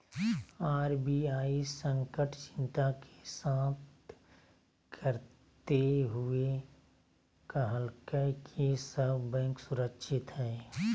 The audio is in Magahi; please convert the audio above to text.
आर.बी.आई संकट चिंता के शांत करते हुए कहलकय कि सब बैंक सुरक्षित हइ